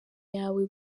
yawe